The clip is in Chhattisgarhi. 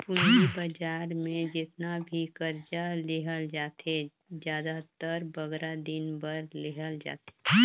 पूंजी बजार में जेतना भी करजा लेहल जाथे, जादातर बगरा दिन बर लेहल जाथे